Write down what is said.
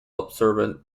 observant